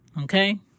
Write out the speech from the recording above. okay